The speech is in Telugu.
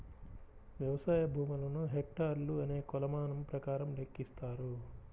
వ్యవసాయ భూములను హెక్టార్లు అనే కొలమానం ప్రకారం లెక్కిస్తారు